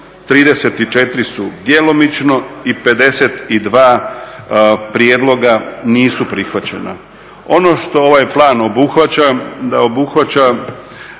34 djelomično i 52 prijedloga nisu prihvaćena. Ono što ovaj plan obuhvaća da obuhvaća